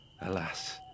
Alas